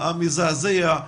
המזעזע,